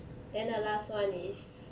then the last [one] is